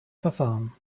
verfahren